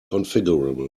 configurable